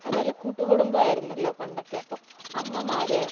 അതുപോലെ കൂട്ടുകുടുംബായിരുന്നല്ലോ പണ്ടൊക്കെ അപ്പോൾ അമ്മമാർ